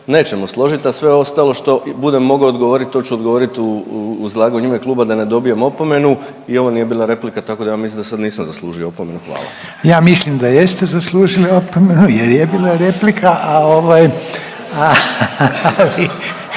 nećemo složit, a sve ostalo što budem mogao odgovorit to ću odgovoriti u izlaganju u ime kluba da ne dobijem opomenu i ovo nije bila replika tako da ja mislim da sad nisam zaslužio opomenu. Hvala. **Reiner, Željko (HDZ)** Ja mislim da jeste zaslužili opomenu jer je bila replika, a ovaj,